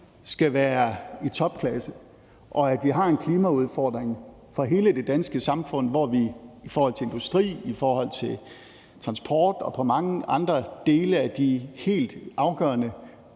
skal være i topklasse, og vi har en klimaudfordring for hele det danske samfund. Vi skal i forhold til industri, i forhold til transport og på mange andre dele af de helt afgørende